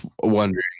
wondering